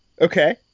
Okay